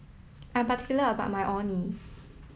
I'm particular about my Orh Nee